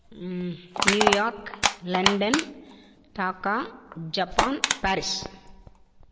New York London taka Japan Paris